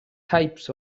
types